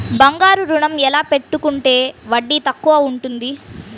బంగారు ఋణం ఎలా పెట్టుకుంటే వడ్డీ తక్కువ ఉంటుంది?